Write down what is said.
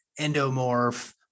endomorph